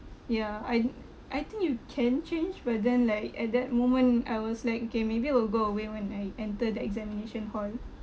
ya I I think you can change but then like at that moment I was like okay maybe it'll go away when I enter the examination hall